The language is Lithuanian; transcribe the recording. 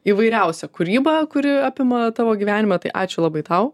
įvairiausią kūrybą kuri apima tavo gyvenimą tai ačiū labai tau